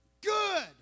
Good